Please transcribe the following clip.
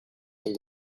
from